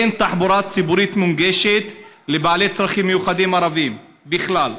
אין תחבורה ציבורית מונגשת לבעלי צרכים מיוחדים ערבים בכלל.